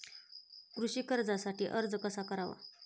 कृषी कर्जासाठी अर्ज कसा करावा?